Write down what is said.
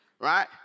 right